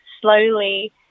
slowly